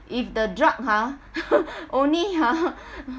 if the drug ha only ha